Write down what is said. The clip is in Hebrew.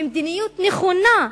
ומדיניות נכונה,